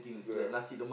the